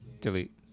Delete